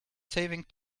saving